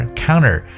counter